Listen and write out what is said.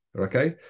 Okay